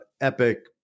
Epic